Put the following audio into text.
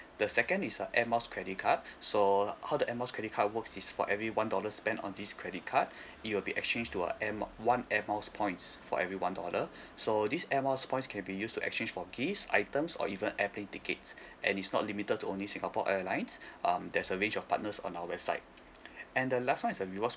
the second is a Air Miles credit card so how the Air Miles credit card works is for every one dollar spent on this credit card you will be exchange to a air mile one Air Miles points for every one dollar so this Air Miles points can be used to exchange for gifts items or even airplane tickets and is not limited to only Singapore Airlines um there's a range of partners on our website and the last [one] is a rewards